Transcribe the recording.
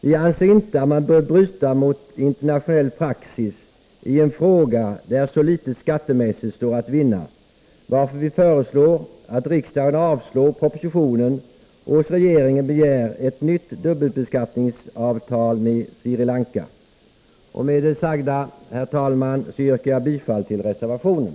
Vi anser inte att man bör bryta mot internationell praxis i en fråga där så litet skattemässigt står att vinna, varför vi föreslår att riksdagen avslår propositionen och hos regeringen begär ett nytt dubbelbeskattningsavtal med Sri Lanka. Med det sagda, herr talman, yrkar jag bifall till reservationen.